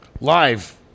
live